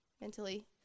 mentally